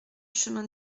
chemin